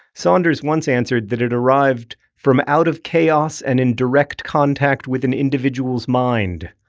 saunders once answered that it arrived from out of chaos and in direct contact with an individual's mind,